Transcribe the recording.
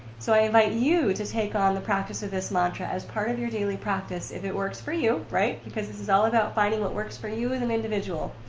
so, i invite you to take on the practice of this mantra as part of your daily practice if it works for you, right? because this is all about finding what works for you as an individual.